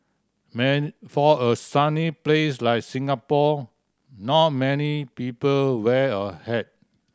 for a sunny place like Singapore not many people wear a hat